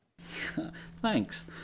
Thanks